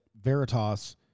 Veritas